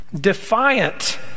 defiant